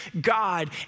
God